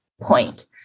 point